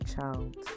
child